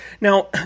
Now